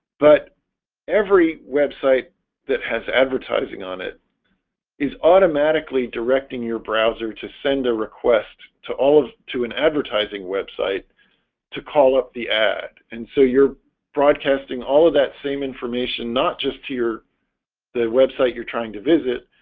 but every website that has advertising on it is automatically directing your browser to send a request to all to an advertising website to call up the ad and so you're broadcasting all of that same information, not just to your the website you're trying to visit,